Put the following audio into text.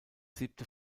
siebte